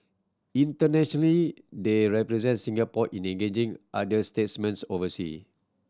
internationally they represent Singapore in engaging other statesmen oversea